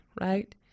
right